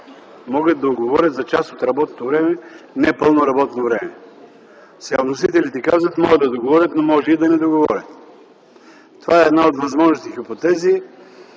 могат да уговорят за част от работното време непълно работно време”. Вносителите казват: „може да договорят”, но може и да не договорят. Това е една от възможните хипотези.